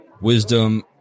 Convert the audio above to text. wisdom